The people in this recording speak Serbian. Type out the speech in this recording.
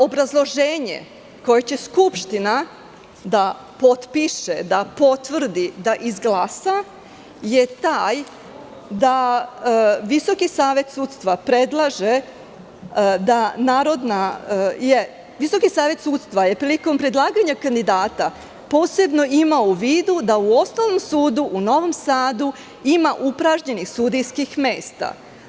Obrazloženje koje će Skupština da potpiše, da potvrdi, da izglasa je taj da Visoki savet sudstva je prilikom predlaganja kandidata posebno imao u vidu da u Osnovnom sudu u Novom Sadu ima upražnjenih sudijskih mesta.